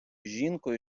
жінкою